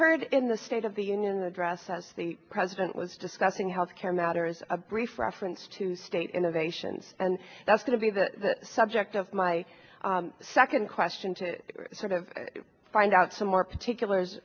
heard in the state of the union address as the president was discussing health care matters a brief reference to state innovations and that's going to be the subject of my second question to sort of find out some more particulars